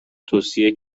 توصیه